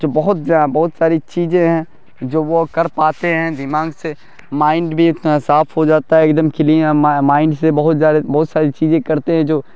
جو بہت بہت ساری چیزیں ہیں جو وہ کر پاتے ہیں دماغ سے مائنڈ بھی اتنا صاف ہو جاتا ہے ایک دم کلین مائنڈ سے بہت زیادہ بہت ساری چیزیں کرتے ہیں جو